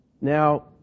Now